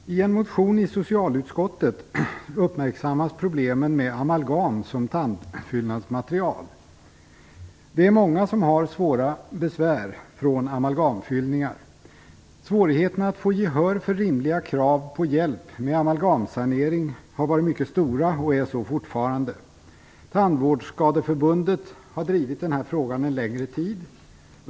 Fru talman! I en motion i socialutskottets betänkande uppmärksammas problemen med amalgam som tandfyllnadsmaterial. Det är många som har svåra besvär av amalgamfyllningar. Svårigheten att få gehör för rimliga krav på hjälp med amalgamsanering har varit mycket stora och är så fortfarande. Tandvårdsskadeförbundet har drivit frågan en längre tid.